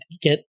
get